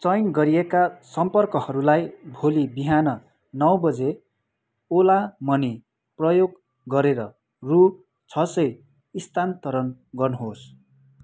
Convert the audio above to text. चयन गरिएका सम्पर्कहरूलाई भोलि बिहान नौ बजे ओला मनी प्रयोग गरेर रु छ सय स्थानान्तरण गर्नुहोस्